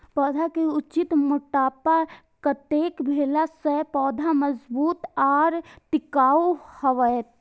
पौधा के उचित मोटापा कतेक भेला सौं पौधा मजबूत आर टिकाऊ हाएत?